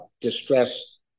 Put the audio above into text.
distress